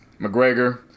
McGregor